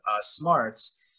smarts